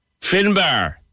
Finbar